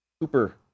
Cooper